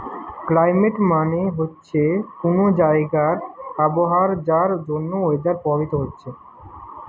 climate মানে হচ্ছে কুনো জাগার আবহাওয়া যার জন্যে ওয়েদার প্রভাবিত হচ্ছে